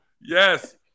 Yes